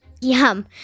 Yum